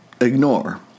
ignore